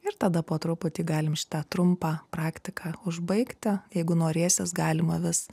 ir tada po truputį galim šitą trumpą praktiką užbaigti jeigu norėsis galima vis